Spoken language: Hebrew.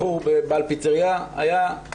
בחור בעל פיצרייה, היה.